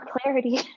clarity